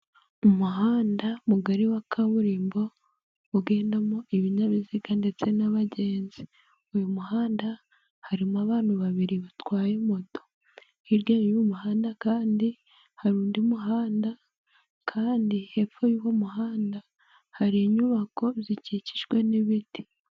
Umuhanda mugari wa kaburimbo ugendamo ibinyabiziga ndetse n'abagenzi, uyu muhanda harimo abantu babiri batwaye moto, hirya y'uyu muhanda kandi hari undi muhanda kandi hepfo y'uwo muhanda hari inyubako zikikijwe n'ibiti.